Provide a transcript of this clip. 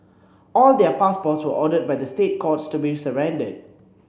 all their passports were ordered by the State Courts to be surrendered